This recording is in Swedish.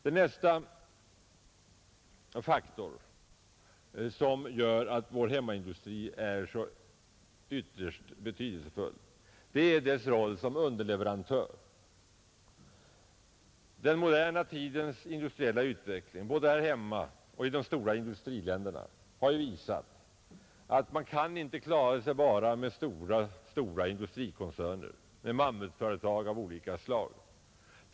En annan faktor som gör att vår hemmaindustri är så enormt betydelsefull är dess roll som underleverantör. Den moderna tidens industriella utveckling både här hemma och i de stora industriländerna har visat att man inte kan klara sig bara med stora industrikoncerner, med mammutföretag av olika slag.